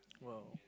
!wow!